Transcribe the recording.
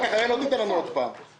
הרי אחר כך לא תיתן לנו עוד רשות דיבור,